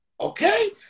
Okay